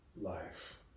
life